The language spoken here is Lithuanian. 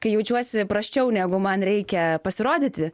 kai jaučiuosi prasčiau negu man reikia pasirodyti